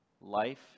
Life